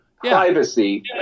Privacy